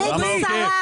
למה עוקף?